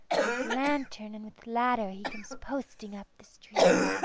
with lantern and with ladder he comes posting up the street.